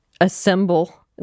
assemble